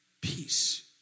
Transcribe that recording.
Peace